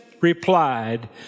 replied